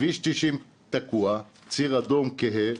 כביש 90 תקוע, ציר אדום כהה.